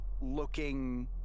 looking